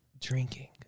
drinking